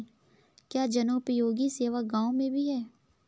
क्या जनोपयोगी सेवा गाँव में भी है?